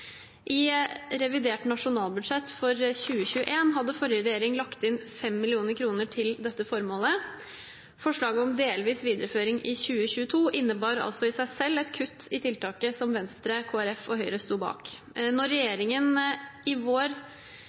I revidert nasjonalbudsjett for 2021 hadde forrige regjering lagt inn 5 mill. kr til dette formålet. Forslaget om delvis videreføring i 2022 innebar altså i seg selv et kutt i tiltaket som Venstre, Kristelig Folkeparti og Høyre sto bak. Når regjeringen i vår